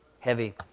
heavy